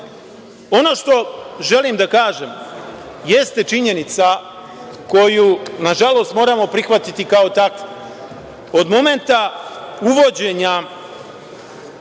što želim da kažem jeste činjenica koju na žalost moramo prihvatiti kao takvu. Od momenta uvođenja